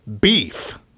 Beef